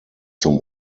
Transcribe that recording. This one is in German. zum